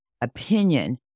opinion